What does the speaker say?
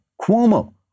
Cuomo